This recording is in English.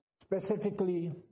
specifically